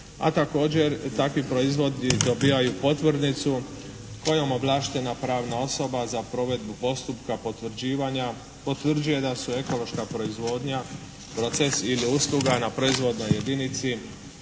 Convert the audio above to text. a također takvi proizvodi dobivaju potvrdnicu kojom ovlaštena pravna osoba za provedbu postupka potvrđivanja potvrđuje da su ekološka proizvodnja, procesi ili usluga na proizvodnoj jedinici